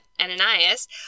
Ananias